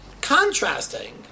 contrasting